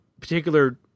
particular